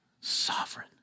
sovereign